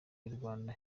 y’urwanda